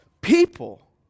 People